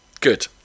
Good